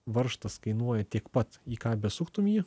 varžtas kainuoja tiek pat į ką besuktum jį